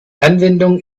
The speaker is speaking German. anwendung